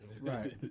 right